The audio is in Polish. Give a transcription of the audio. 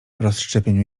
rozszczepieniu